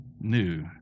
new